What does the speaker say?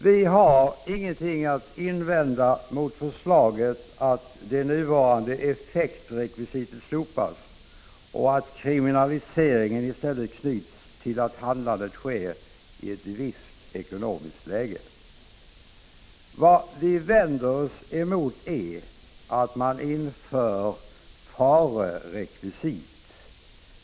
Vi har ingenting att invända mot förslaget att det nuvarande effektrekvisitet slopas och att kriminaliseringen i stället knyts till att handlandet sker i ett visst ekonomiskt läge. Vad vi vänder oss mot är att ett farerekvisit införs.